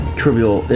trivial